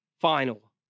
final